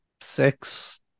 six